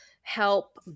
help